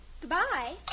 Goodbye